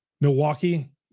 Milwaukee